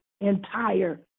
entire